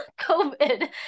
COVID